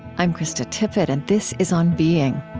i'm krista tippett, and this is on being